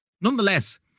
Nonetheless